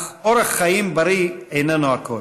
אך אורח חיים בריא איננו הכול.